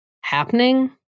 happening